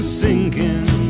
sinking